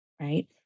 right